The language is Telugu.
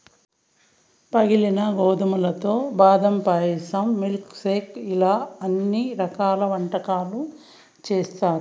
పగిలిన గోధుమలతో బాదం పాయసం, మిల్క్ షేక్ ఇలా అన్ని రకాల వంటకాలు చేత్తారు